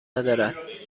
ندارد